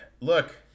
look